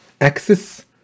axis